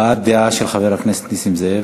הבעת דעה של חבר הכנסת נסים זאב.